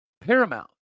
paramount